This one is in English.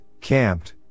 camped